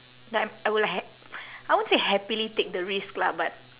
like I'm I will ha~ I won't say happily take the risk lah but